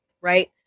right